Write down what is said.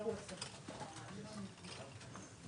בשביל מרכזי הקליטה.